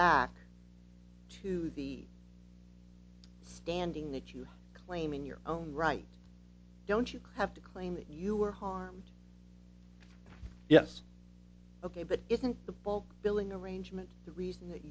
back to the standing that you claim in your own right don't you could have to claim that you were harmed yes ok but isn't the bulk billing arrangement the reason that